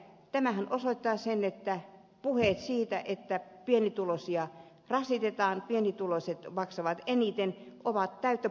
tämähän osoittaa sen että puheet siitä että pienituloisia rasitetaan pienituloiset maksavat eniten ovat täyttä puppua